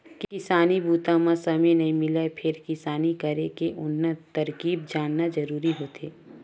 किसानी बूता म समे नइ मिलय फेर किसानी करे के उन्नत तरकीब जानना जरूरी होथे